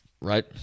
right